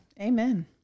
Amen